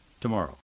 tomorrow